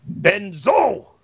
BENZO